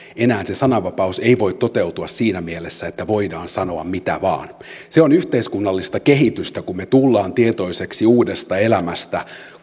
enää se sananvapaus ei voi toteutua siinä mielessä että voidaan sanoa mitä vain se on yhteiskunnallista kehitystä kun me tulemme tietoisiksi uudesta elämästä